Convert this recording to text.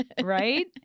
right